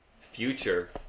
future